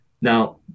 Now